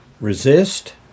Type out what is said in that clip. resist